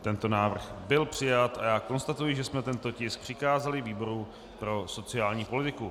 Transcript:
Tento návrh byl přijat a já konstatuji, že jsme tento tisk přikázali výboru pro sociální politiku.